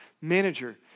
manager